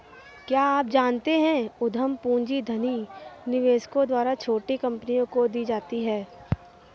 क्या आप जानते है उद्यम पूंजी धनी निवेशकों द्वारा छोटी कंपनियों को दी जाती है?